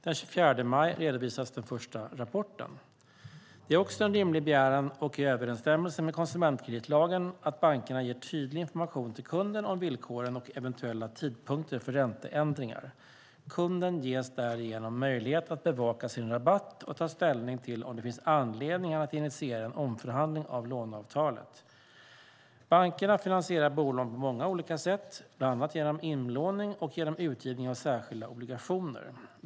Den 24 maj redovisades den första rapporten. Det är också en rimlig begäran och i överensstämmelse med konsumentkreditlagen att bankerna ger tydlig information till kunden om villkoren och eventuella tidpunkter för ränteändringar. Kunden ges därigenom möjlighet att bevaka sin rabatt och ta ställning till om det finns anledning att initiera en omförhandling av låneavtalet. Bankerna finansierar bolån på många olika sätt, bland annat genom inlåning och genom utgivning av särskilda obligationer.